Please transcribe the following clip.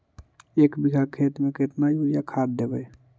एक बिघा खेत में केतना युरिया खाद देवै?